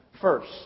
First